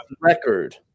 record